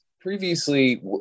previously